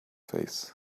face